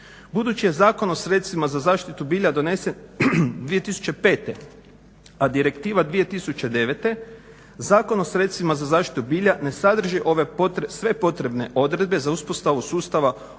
Budući je Zakon o sredstvima za zaštitu bilja donesen 2005. a direktiva 2009. Zakon o sredstvima za zaštitu bilja ne sadrži ove sve potrebne odredbe za uspostavu sustava održive